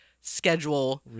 schedule